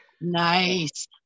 Nice